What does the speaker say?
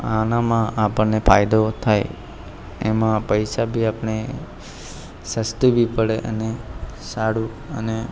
આનામાં આપણને ફાયદો થાય એમાં પૈસા બી આપણે સસ્તું બી પડે અને સારું અને